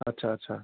اچھا اچھا